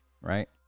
Right